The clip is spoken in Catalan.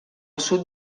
sud